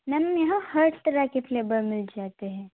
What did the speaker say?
ma'am यहाँ हर तरह के फ्लेवर मिल जाते हैं